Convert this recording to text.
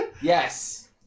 yes